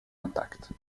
intacte